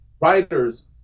writers